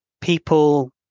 people